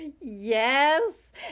Yes